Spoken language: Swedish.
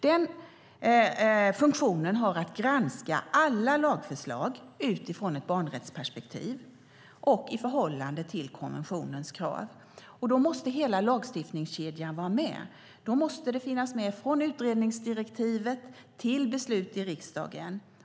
Den funktionen har att granska alla lagförslag utifrån ett barnrättsperspektiv och i förhållande till konventionens krav. Då måste hela lagstiftningskedjan vara med. Då måste det finnas med från utredningsdirektivet till beslut i riksdagen.